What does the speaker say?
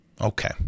Okay